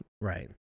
Right